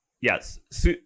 yes